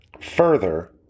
Further